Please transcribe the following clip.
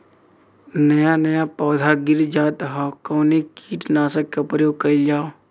नया नया पौधा गिर जात हव कवने कीट नाशक क प्रयोग कइल जाव?